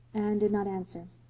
anne did not answer.